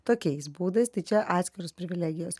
tokiais būdais tai čia atskiros privilegijos